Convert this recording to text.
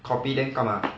copy then 干吗